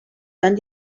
tant